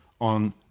on